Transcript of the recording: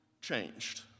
changed